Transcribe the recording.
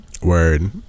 Word